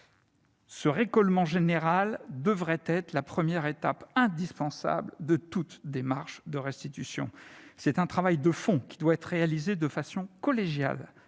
Ce récolement général devrait être la première étape indispensable de toute démarche de restitution. C'est un travail de fond qui doit être réalisé de façon collégiale,